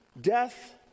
Death